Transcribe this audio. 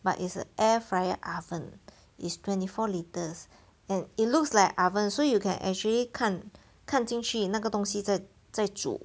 but it's a air fryer oven it's twenty four litres and it looks like oven so you can actually 看看进去那个东西在在煮